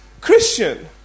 Christian